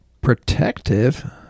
protective